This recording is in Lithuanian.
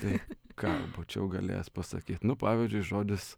tai ką būčiau galėjęs pasakyt nu pavyzdžiui žodis